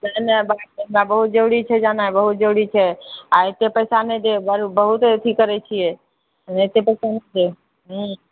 नहि नहि हमरा बहुत जरुरी छै जाना बहुत जरुरी छै आ एते पैसा नहि देब बहुत एथी करै छियै एते पैसा नहि देब हँ